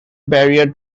barrier